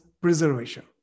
preservation